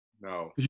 No